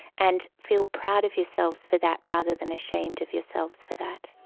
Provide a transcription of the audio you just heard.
and feel proud of yourselves for that rather than ashamed of yourselves for that.